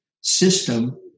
system